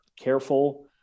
careful